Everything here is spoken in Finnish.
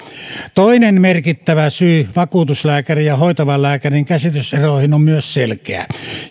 toinen merkittävä syy vakuutuslääkärin ja hoitavan lääkärin käsityseroihin on selkeä